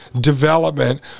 development